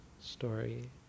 story